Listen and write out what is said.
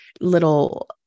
little